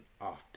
often